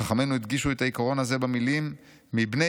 חכמינו הדגישו את העיקרון הזה במילים 'מבני